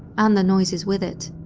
and the noises with it.